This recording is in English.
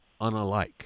unalike